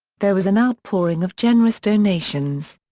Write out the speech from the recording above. there was an outpouring of generous donations.